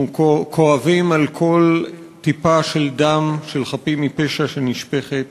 אנחנו כואבים על כל טיפה של דם של חפים מפשע שנשפכת,